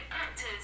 actors